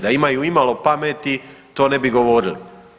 Da imaju imalo pameti to ne bi govorili.